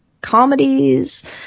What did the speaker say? comedies